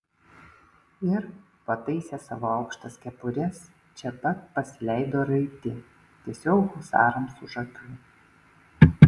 ir pataisę savo aukštas kepures čia pat pasileido raiti tiesiog husarams už akių